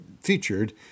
featured